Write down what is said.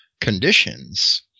conditions